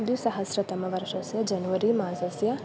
द्विसहस्रतमवर्षस्य जनवरी मासस्य